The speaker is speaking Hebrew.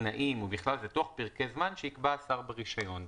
לתנאים ובכלל זה תוך פרקי הזמן שיקבע השר ברישיון".